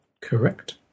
Correct